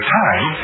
time